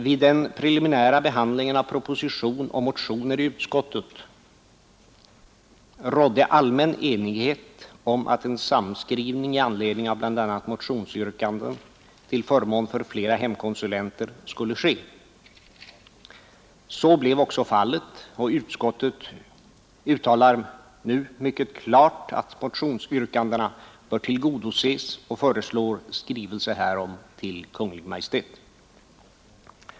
Vid den preliminära behandlingen av proposition och motioner i utskottet rådde allmän enighet om att en samskrivning i anledning av bl.a. motionsyrkanden till förmån för flera hemkonsulenter skulle ske. Så blev också fallet, och utskottet uttalar mycket klart att motionsyrkandena bör tillgodoses och föreslår skrivelse härom till Kungl. Maj:t.